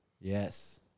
Yes